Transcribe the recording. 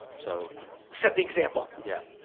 so set the example. yeah,